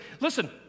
listen